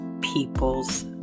people's